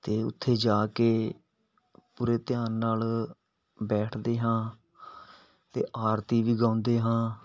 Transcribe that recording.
ਅਤੇ ਉੱਥੇ ਜਾ ਕੇ ਪੂਰੇ ਧਿਆਨ ਨਾਲ ਬੈਠਦੇ ਹਾਂ ਅਤੇ ਆਰਤੀ ਵੀ ਗਾਉਂਦੇ ਹਾਂ